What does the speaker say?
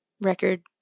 record